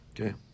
Okay